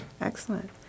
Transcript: Excellent